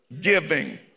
giving